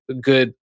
good